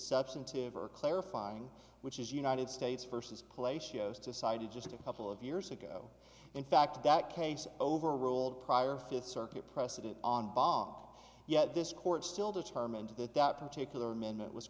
substantive or clarifying which is united states versus play shows decided just a couple of years ago in fact that case overruled prior fifth circuit precedent on bomb yet this court still determined that that particular amendment was